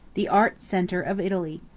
the art center of italy.